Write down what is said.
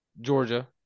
Georgia